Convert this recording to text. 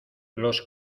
los